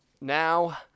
Now